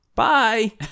bye